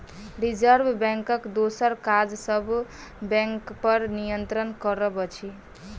reserve बैंकक दोसर काज सब बैंकपर नियंत्रण करब अछि